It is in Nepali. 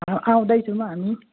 आउँदैछौँ हामी